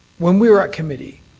when we were at committee,